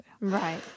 Right